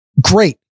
great